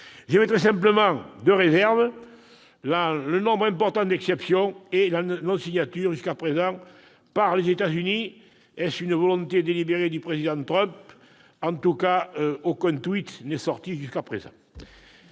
J'émettrai simplement deux réserves : le nombre important d'exceptions et la non-signature, à ce stade, des États-Unis- est-ce une volonté délibérée du Président Trump ? En tout cas, aucun tweet n'est sorti jusqu'à présent.